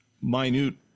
minute